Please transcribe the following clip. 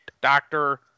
doctor